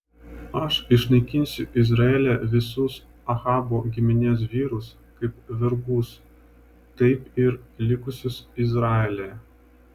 aš išnaikinsiu izraelyje visus ahabo giminės vyrus kaip vergus taip ir likusius izraelyje